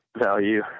value